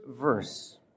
verse